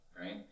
right